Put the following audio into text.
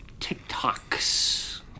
TikToks